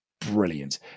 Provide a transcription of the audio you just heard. brilliant